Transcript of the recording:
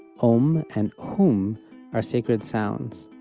om and hum are sacred sounds.